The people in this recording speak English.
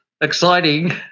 exciting